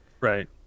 right